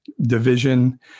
division